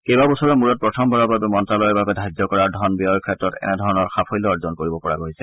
কেইবাবছৰৰ মূৰত প্ৰথম বাৰৰ বাবে মন্ত্যালয়ৰ বাবে ধাৰ্য কৰাৰ ধন ব্যয়ৰ ক্ষেত্ৰত এনেধৰণৰ সফলতা অৰ্জন কৰিব পৰা গৈছে